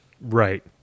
Right